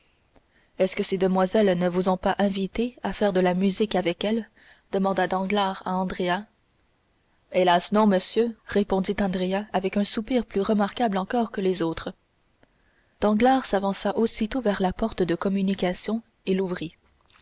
est-ce que ces demoiselles ne vous ont pas invité à faire de la musique avec elles demanda danglars à andrea hélas non monsieur répondit andrea avec un soupir plus remarquable encore que les autres danglars s'avança aussitôt vers la porte de communication et l'ouvrit